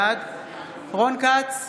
בעד רון כץ,